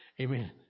Amen